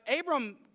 Abram